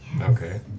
Okay